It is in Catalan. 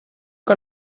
que